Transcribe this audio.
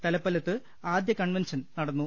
തലപ്പലത്ത് ആദ്യ കൺവൻഷൻ നടന്നു